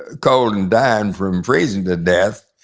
cold and dying from freezing to death,